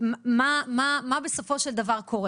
אורלי: כמה אתם צריכים?